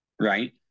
right